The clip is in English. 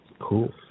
Cool